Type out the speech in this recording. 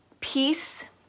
Peace